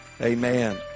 amen